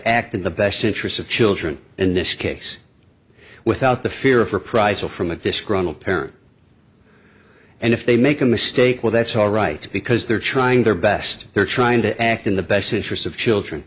act in the best interest of children in this case without the fear of reprisal from a disgruntled parent and if they make a mistake well that's all right because they're trying their best they're trying to act in the best interests of children